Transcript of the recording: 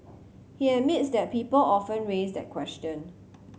he admits that people often raise that question